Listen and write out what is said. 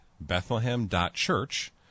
Bethlehem.Church